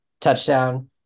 touchdown